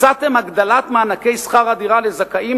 הצעתם הגדלת מענקי שכר הדירה לזכאים